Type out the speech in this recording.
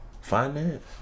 Finance